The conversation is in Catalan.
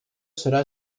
serà